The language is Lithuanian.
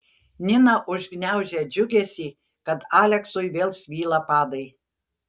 nina užgniaužė džiugesį kad aleksui vėl svyla padai